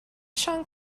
siôn